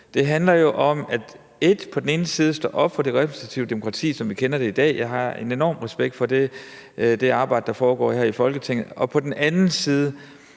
Det handler jo på den ene side om at stå op for det repræsentative demokrati, som vi kender det i dag – jeg har en enorm respekt for det arbejde, der foregår her i Folketinget – og på den anden side